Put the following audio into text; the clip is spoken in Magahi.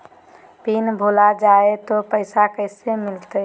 पिन भूला जाई तो पैसा कैसे मिलते?